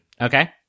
Okay